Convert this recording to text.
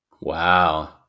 Wow